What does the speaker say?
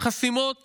חסימות